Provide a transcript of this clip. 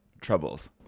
troubles